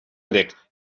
grec